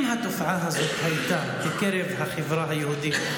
אם התופעה הזאת הייתה בקרב החברה היהודית,